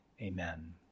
Amen